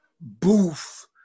boof